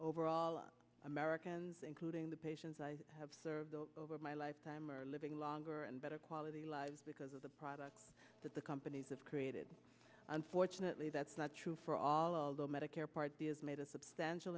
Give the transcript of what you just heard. overall of americans including the patients i have served over my lifetime are living longer and better quality lives because of the products that the companies have created unfortunately that's not true for all of the medicare part d is made a substantial